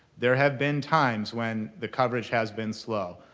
there have been times when the coverage has been slow.